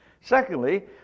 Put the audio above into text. Secondly